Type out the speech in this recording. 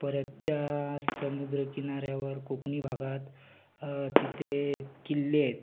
परत त्या समुद्रकिनाऱ्यावर कोकणी भागात तिथे किल्ले आहेत